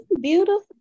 beautiful